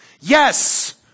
Yes